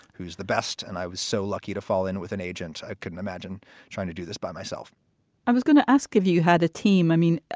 who's the best. and i was so lucky to fall in with an agent, i couldn't imagine trying to do this by myself i was gonna ask if you had a team. i mean,